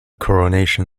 coronation